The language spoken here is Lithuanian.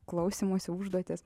klausymosi užduotys